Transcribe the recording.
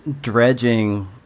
dredging